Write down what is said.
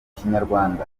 kinyarwanda